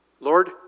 Lord